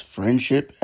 Friendship